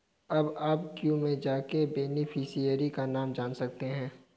अब आप व्यू में जाके बेनिफिशियरी का नाम जान सकते है